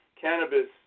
cannabis